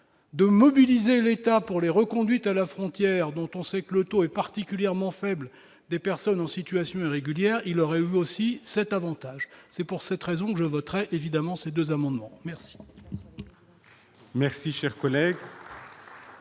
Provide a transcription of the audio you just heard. de mobiliser l'État pour les reconduites à la frontière, dont on sait que le taux est particulièrement faible des personnes en situation irrégulière, il aurait aussi cet Avantage c'est pour cette raison que je voterai évidemment ces 2 amendements merci.